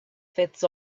fits